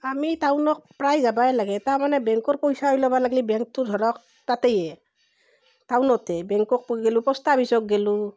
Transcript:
আমি টাউনক প্ৰায় যাবই লাগে তাৰমানে বেংকৰ পইচা ওলাব লাগিলে বেংকটো ধৰক তাতেয়েই টাউনতে বেংককো গ'লো পোষ্ট অফিছত গ'লো